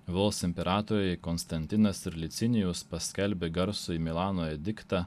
vos imperatoriai konstantinas ir licinijus paskelbė garsųjį milano ediktą